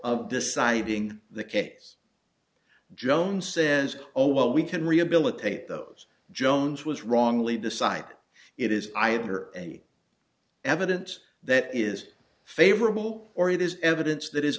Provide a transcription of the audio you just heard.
of deciding the case jones says oh well we can rehabilitate those jones was wrongly decide it is either any evidence that is favorable or it is evidence that is